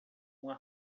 uma